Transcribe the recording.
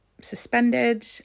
suspended